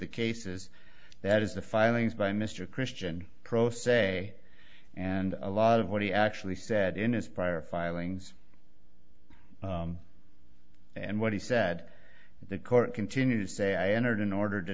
the cases that is the filings by mr christian pro se and a lot of what he actually said in his prior filings and what he said the court continued to say i entered an order